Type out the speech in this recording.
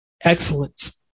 Excellent